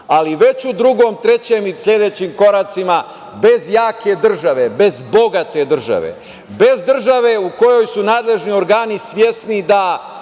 Ali, već u drugom, trećem i sledećim koracima, bez jake države, bez bogate države, bez države u kojoj su nadležni organi svesni da